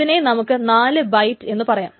അതിനെ നമുക്ക് നാല് ബൈറ്റ് എന്ന് പറയാം